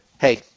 hey